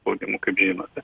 spaudimu kaip žinote